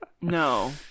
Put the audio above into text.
No